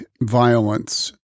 violence